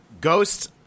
ghosts